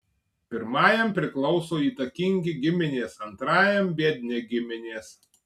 pirmajam priklauso įtakingi giminės antrajam biedni giminės